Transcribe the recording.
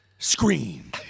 Scream